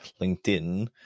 LinkedIn